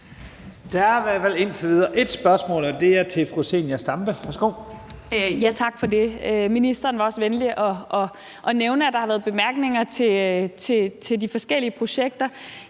fald indtil videre ét spørgsmål, og det er til fru Zenia Stampe. Værsgo. Kl. 11:48 Zenia Stampe (RV): Tak for det. Ministeren var jo så venlig at nævne, at der har været bemærkninger til de forskellige projekter.